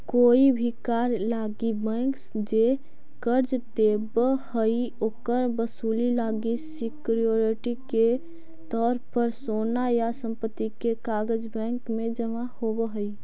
कोई भी कार्य लागी बैंक जे कर्ज देव हइ, ओकर वसूली लागी सिक्योरिटी के तौर पर सोना या संपत्ति के कागज़ बैंक में जमा होव हइ